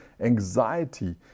anxiety